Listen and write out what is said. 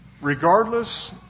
regardless